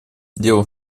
дело